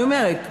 אני אומרת,